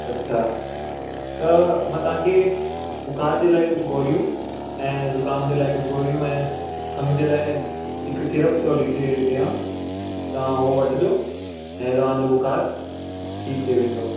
अच्छा त मां तव्हांखे बुख़ार जे लाइ कुझु गोरियूं ऐं जुख़ाम जे लाइ कुझु गोरियूं आहिनि खंघि जे लाइ हिकु सिरप थो लिखी ॾिया तव्हां उहो वठिजो ऐं तव्हांजो बुख़ार ठीकु थी वेंदो